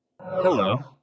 Hello